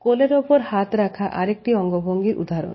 কোলের উপর হাত রাখা আরেকটি অঙ্গভঙ্গি এর উদাহরণ